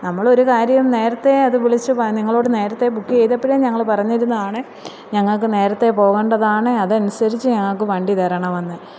നമ്മളൊരു കാര്യം നേരത്തേ അത് വിളിച്ച് നിങ്ങളോട് നേരത്തെ ബുക്ക് ചെയ്തപ്പഴേ ഞങ്ങൾ പറഞ്ഞിരുന്നതാണ് ഞങ്ങൾക്ക് നേരത്തേ പോകേണ്ടതാണ് അതനുസരിച്ച് ഞങ്ങൾക്ക് വണ്ടി തരണമെന്ന്